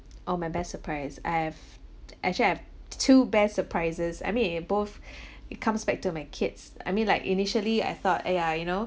oh my best surprise I have actually I have two best surprises I mean it both it comes back to my kids I mean like initially I thought !aiya! you know